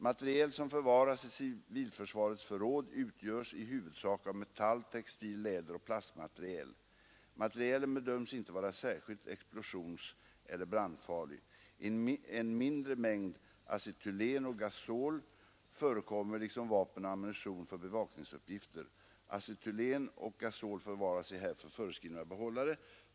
Materiel som förvaras i civilförsvarets förråd utgörs i huvudsak av metall-, textil-, läderoch plastmateriel. Materielen bedöms inte vara särskilt explosionseller brandfarlig. En mindre mängd acetylén och gasol förekommer liksom vapen och ammunition för bevakningsuppgifter. Acetylén och gasol förvaras i härför föreskrivna behållare.